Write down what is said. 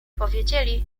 powiedzieli